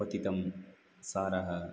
क्वथितं सारः